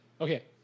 Okay